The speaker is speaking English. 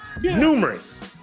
Numerous